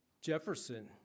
Jefferson